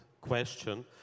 question